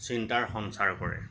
চিন্তাৰ সঞ্চাৰ কৰে